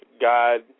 God